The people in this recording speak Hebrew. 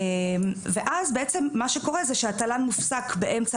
ואז בעצם מה שקורה זה שהתל"ן מופסק באמצע